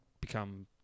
become